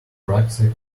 rucksack